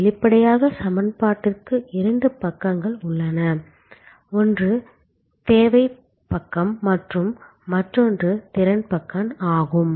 வெளிப்படையாக சமன்பாட்டிற்கு இரண்டு பக்கங்கள் உள்ளன ஒன்று தேவை பக்கம் மற்றும் மற்றொன்று திறன் பக்கம் ஆகும்